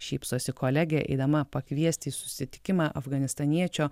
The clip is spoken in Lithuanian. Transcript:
šypsosi kolegė eidama pakviesti į susitikimą afganistaniečio